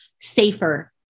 safer